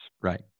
Right